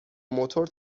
موتور